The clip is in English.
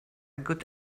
good